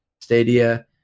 Stadia